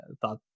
thought